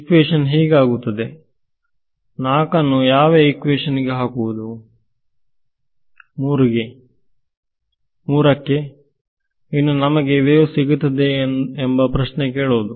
equation ಹೀಗಾಗುತ್ತದೆ4 ಅನ್ನು ಯಾವ ಈಕ್ವೇಶನ್ ಗೆ ಹಾಕುವುದು 3 ಗೆ ಇನ್ನು ನಮಗೆ ವೇವ್ ಸಿಗುತ್ತದೆಯೆ ಎಂಬ ಪ್ರಶ್ನೆ ಕೇಳುವುದು